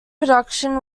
production